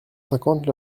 cinquante